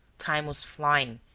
time was flying,